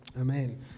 Amen